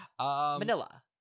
Manila